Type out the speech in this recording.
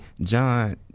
john